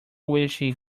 wished